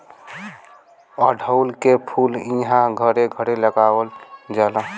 अढ़उल के फूल इहां घरे घरे लगावल जाला